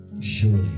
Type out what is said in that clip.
Surely